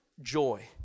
joy